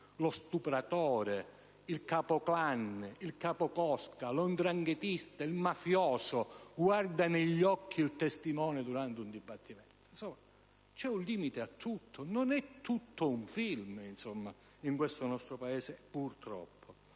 lo stupratore, il capoclan, il capocosca, lo 'ndranghetista, il mafioso guarda negli occhi il testimone durante un dibattimento. C'è un limite a tutto. Non è tutto un film in questo nostro Paese, purtroppo.